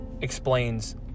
explains